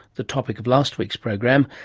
the topic of last week's program,